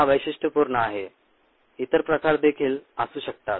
हा वैशिष्ट्यपूर्ण आहे इतर प्रकार देखील असू शकतात